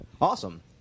Awesome